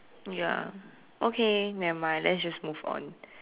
ya okay nevermind let's just move on